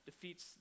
defeats